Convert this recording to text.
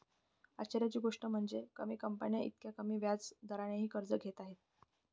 आश्चर्याची गोष्ट म्हणजे, कमी कंपन्या इतक्या कमी व्याज दरानेही कर्ज घेत आहेत